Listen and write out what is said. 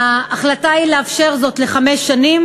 ההחלטה היא לאפשר זאת לחמש שנים.